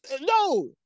no